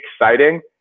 exciting